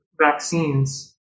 vaccines